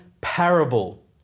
parable